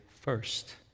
first